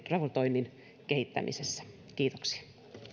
raportoinnin kehittämisessä kiitoksia